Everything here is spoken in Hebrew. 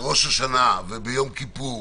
בראש והשנה וביום כיפור